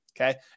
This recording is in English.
okay